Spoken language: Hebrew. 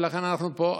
ולכן אנחנו פה.